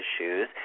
issues